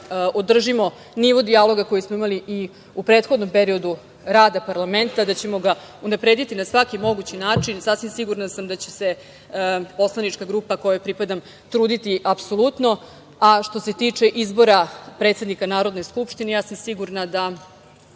održimo nivo dijaloga koji smo imali i u prethodnom periodu rada parlamenta, da ćemo ga unaprediti na svaki mogući način. Sasvim sam sigurna da će poslanička grupa kojoj pripadam truditi apsolutno. Što se tiče izbora predsednika Narodne skupštine sigurna sam